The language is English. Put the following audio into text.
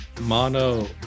Mono